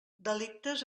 delictes